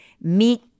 meet